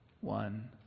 one